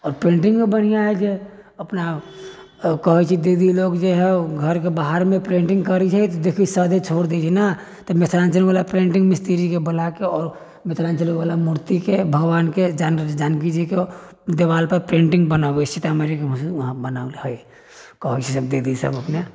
आओर पेन्टिंगो बढ़िआँ हइ छै अपना कहै छै दीदी लोग जे हउ घरके बाहर मे पेन्टिङ्ग करैत छै तऽ देखै सादे छोड़ दै छै नऽ तऽ मिथिलाञ्चल बाला पेन्टिङ्ग मिस्त्रीके बोलाय कऽ आओर मिथिलाञ्चलबाला मूर्तिके भगवानके जानकी जीके देवाल पर पेन्टिङ्ग बनाबैत सीतामढ़ीमे वहाँ बनाओल हइ कहैत छै दीदी सब अपने